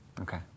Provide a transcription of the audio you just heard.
Okay